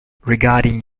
regarding